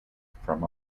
from